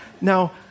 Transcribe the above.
now